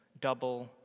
double